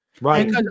Right